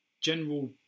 General